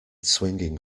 swinging